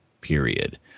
period